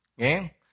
Okay